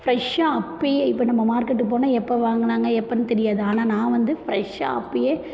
ஃப்ரெஷ்ஷாக அப்பயே இப்போ நம்ம மார்க்கெட்டு போனால் எப்போ வாங்குனாங்க எப்போன்னு தெரியாது ஆனால் நான் வந்து ஃப்ரெஷ்ஷாக அப்பயே